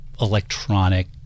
electronic